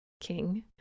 king